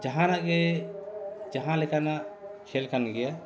ᱡᱟᱦᱟᱱᱟᱜ ᱜᱮ ᱡᱟᱦᱟᱸ ᱞᱮᱠᱟᱱᱟᱜ ᱠᱷᱮᱞ ᱠᱟᱱ ᱜᱮᱭᱟ